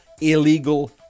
illegal